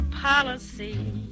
policy